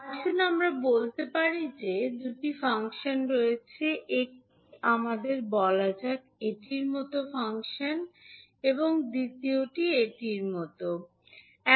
আসুন আমরা বলতে পারি যে দুটি ফাংশন রয়েছে একটি আমাদের বলা যাক এটির মতো ফাংশন এবং দ্বিতীয়টি এটির মতো ফাংশন